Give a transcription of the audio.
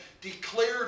declared